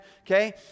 okay